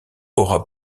aura